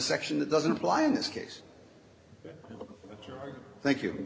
section that doesn't apply in this case thank you